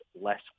less